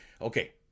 okay